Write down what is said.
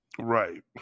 Right